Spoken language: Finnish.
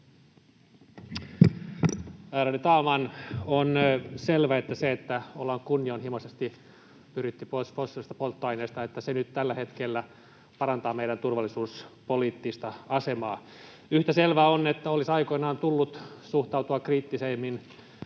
Ärade talman! On selvää, että se, että ollaan kunnianhimoisesti pyritty pois fossiilisista polttoaineista, parantaa nyt tällä hetkellä meidän turvallisuuspoliittista asemaamme. Yhtä selvää on, että olisi aikoinaan tullut suhtautua kriittisemmin